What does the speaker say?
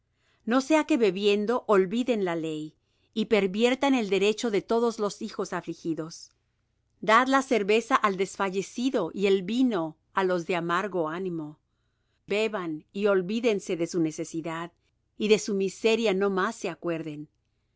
no sea que bebiendo olviden la ley y perviertan el derecho de todos los hijos afligidos dad la cerveza al desfallecido y el vino á los de amargo ánimo beban y olvídense de su necesidad y de su miseria no más se acuerden